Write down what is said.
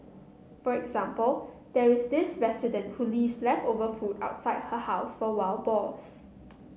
for example there is this resident who leaves leftover food outside her house for wild boars